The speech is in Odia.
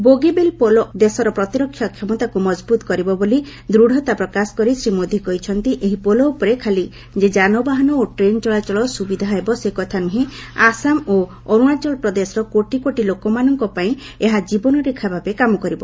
ବୋଗିବିଲ୍ ପୋଲ ଦେଶର ପ୍ରତିରକ୍ଷା କ୍ଷମତାକୁ ମଜଭୁତ କରିବ ବୋଲି ଦୂଢ଼ତା ପ୍ରକାଶ କରି ଶ୍ରୀ ମୋଦି କହିଛନ୍ତି ଏହି ପୋଲ ଉପରେ ଖାଲି ଯେ ଯାନବାହନ ଓ ଟ୍ରେନ୍ ଚଳାଚଳ ସୁବିଧା ହେବ ସେ କଥା ନୁହେଁ ଆସାମ ଓ ଅରୁଣାଚଳ ପ୍ରଦେଶର କୋଟି କୋଟି ଲୋକମାନଙ୍କ ପାଇଁ ଏହା ଜୀବନରେଖା ଭାବେ କାମ କରିବ